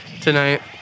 tonight